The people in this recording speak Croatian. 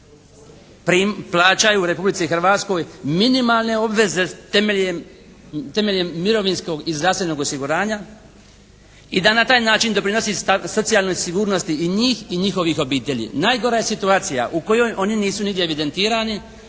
plaćaju Republici Hrvatskoj minimalne obveze temeljem mirovinskog i zdravstvenog osiguranja i da na taj način doprinose socijalnoj sigurnosti i njih i njihovih obitelji. Najgora je situacija u kojoj oni nisu nigdje evidentirani,